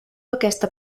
aquesta